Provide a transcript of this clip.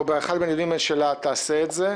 או באחד מהדיונים שלה תעשה את זה.